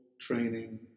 training